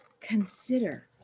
consider